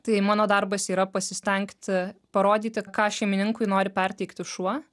tai mano darbas yra pasistengti parodyti ką šeimininkui nori perteikti šuo